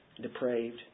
Depraved